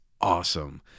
awesome